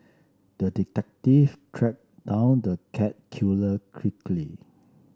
the detective tracked down the cat killer quickly